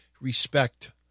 Respect